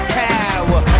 power